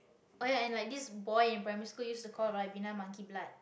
oh ya and like this boy in primary school used to call ribena monkey blood